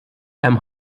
hemm